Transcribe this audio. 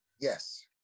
yes